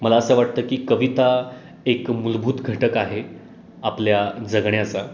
मला असं वाटतं की कविता एक मूलभूत घटक आहे आपल्या जगण्याचा